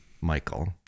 Michael